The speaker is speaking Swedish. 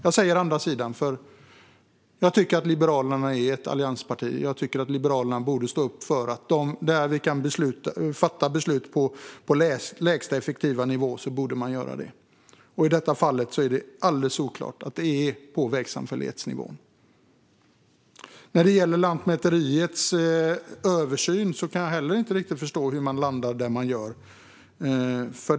Jag säger andra sidan, för jag tycker att Liberalerna är ett alliansparti. Liberalerna borde stå upp för att när vi kan fatta beslut på lägsta effektiva nivå borde vi göra det. I detta fall är det alldeles solklart att det är på vägsamfällighetsnivån. När det gäller översynen av Lantmäteriet kan jag heller inte riktigt förstå hur man landar där man gör.